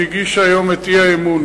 שהגישה היום את האי-אמון